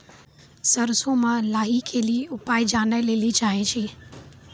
सरसों मे लाही के ली उपाय जाने लैली चाहे छी?